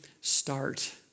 start